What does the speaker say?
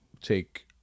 take